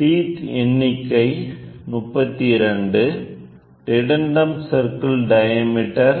teeth எண்ணிக்கை 32 dedendum circle diameter